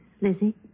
Lizzie